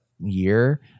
year